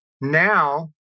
Now